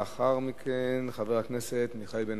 לאחר מכן, חבר הכנסת מיכאל בן-ארי.